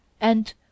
And